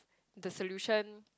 the solution